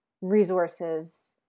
resources